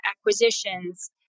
acquisitions